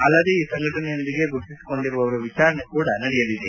ಅಲ್ಲದೆ ಈ ಸಂಘಟನೆಯೊಂದಿಗೆ ಗುರುತಿಸಿಕೊಂಡವರ ವಿಚಾರಣೆ ಕೂಡ ನಡೆಯಲಿದೆ